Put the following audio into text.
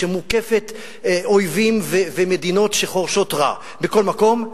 שמוקפת אויבים ומדינות שחורשות רע בכל מקום,